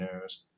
news